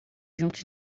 juntos